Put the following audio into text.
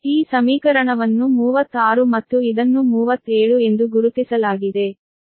ಈ ಸಮೀಕರಣವನ್ನು 36 ಮತ್ತು ಇದನ್ನು 37 ಎಂದು ಗುರುತಿಸಲಾಗಿದೆ